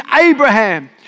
Abraham